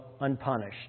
unpunished